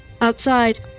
Outside